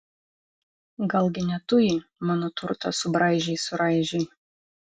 galgi ne tu jį mano turtą subraižei suraižei